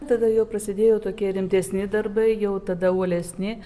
tada jau prasidėjo tokie rimtesni darbai jau tada uolesni